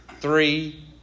three